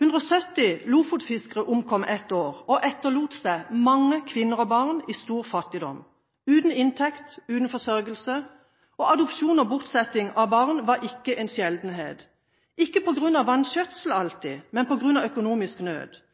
170 lofotfiskere omkom et år og etterlot seg mange kvinner og barn i stor fattigdom – uten inntekt og forsørgelse. Adopsjon og bortsetting av barn var ikke en sjeldenhet – ikke alltid på grunn av vannskjøtsel, men på grunn av økonomisk nød.